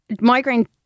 migraine